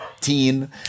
teen